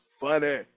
funny